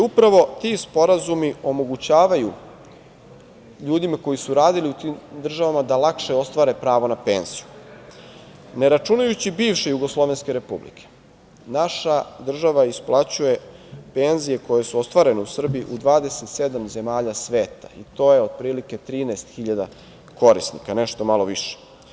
Upravo ti sporazumi omogućavaju ljudima koji su radili u tim državama da lakše ostvare pravo na penziju, ne računajući bivše jugoslovenske republike, naša država isplaćuje penzije koje su ostvarene u Srbiji u 27 zemalja sveta i to je, otprilike 13.000 korisnika, nešto malo više.